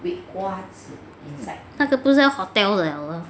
那个不是要 hotel 的了 lor